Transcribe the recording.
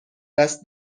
دست